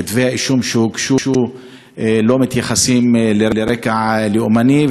כתבי האישום שהוגשו לא מתייחסים לרקע לאומני,